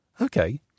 Okay